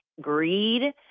greed